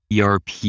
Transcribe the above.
ERP